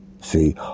see